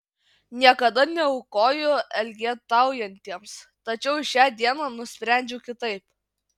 niekada neaukoju elgetaujantiems tačiau šią dieną nusprendžiau kitaip